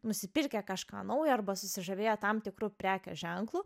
nusipirkę kažką naujo arba susižavėję tam tikru prekės ženklu